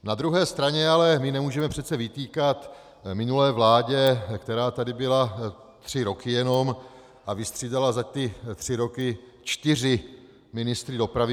Na druhé straně ale my nemůžeme přece vytýkat minulé vládě, která tady byla tři roky jenom a vystřídala za ty tři roky čtyři ministry dopravy.